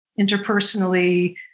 interpersonally